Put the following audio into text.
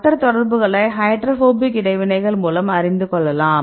மற்ற தொடர்புகளை ஹைட்ரோபோபிக் இடைவினைகள் மூலம் அறிந்து கொள்ளலாம்